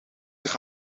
zich